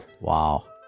Wow